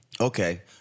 Okay